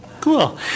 Cool